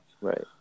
Right